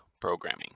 programming